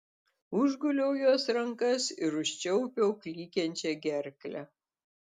užguliau jos rankas ir užčiaupiau klykiančią gerklę